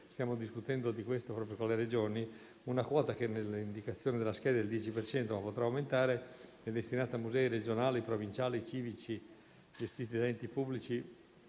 stiamo discutendo di questo proprio con le Regioni - che nelle indicazioni della scheda è pari al 10 per cento, ma potrà aumentare, è destinata a musei regionali, provinciali e civici, gestiti da enti pubblici